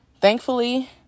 Thankfully